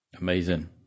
Amazing